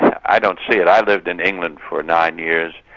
i don't see it. i lived in england for nine years,